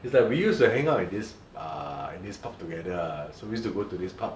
is that we used to hang out in this err this pub together uh so we used to go to this pub